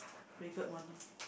favourite one orh